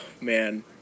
man